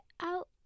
out